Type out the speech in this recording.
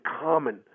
common